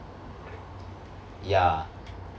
ya